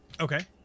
okay